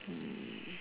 hmm